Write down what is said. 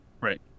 Right